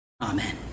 Amen